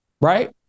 right